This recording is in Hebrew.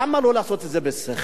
למה לא לעשות את זה בשכל?